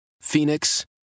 Phoenix